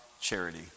Charity